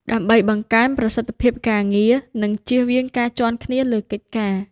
ដើម្បីបង្កើនប្រសិទ្ធភាពការងារ និងជៀសវាងការជាន់គ្នាលើកិច្ចការ។